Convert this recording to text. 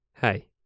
hey